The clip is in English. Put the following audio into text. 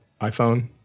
iPhone